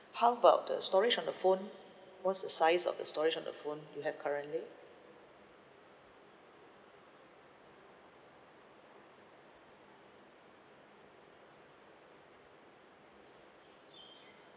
how about the storage on the phone what's the size of the storage on the phone you have currently